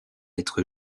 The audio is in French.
être